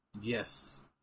Yes